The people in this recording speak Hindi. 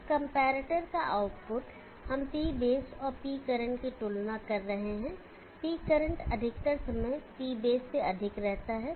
अब कंपैरेटर का आउटपुट हम P बेस और पी करंट की तुलना कर रहे हैं P करंट अधिकतर समय P बेस से अधिक रहता है